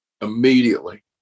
immediately